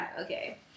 Okay